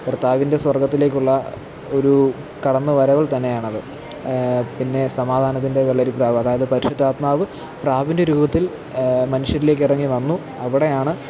കര്ത്താവിന്റെ സ്വര്ഗ്ഗത്തിലേക്കുള്ള ഒരു കടന്നു വരവു തന്നെ ആണത് പിന്നെ സമാധാനത്തിന്റെ വെള്ളരിപ്രാവ് അതായത് പരിശുദ്ധാത്മാവ് പ്രാവിന്റെ രൂപത്തില് മനുഷ്യരിലേക്കിറങ്ങി വന്നു അവിടെയാണ്